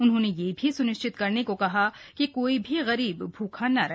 उन्होंने यह भी स्निश्चित करने को कहा कि कोई भी गरीब भ्रखा न रहे